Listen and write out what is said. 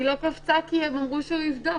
היא לא קפצה כי הם אמרו שהוא יבדוק.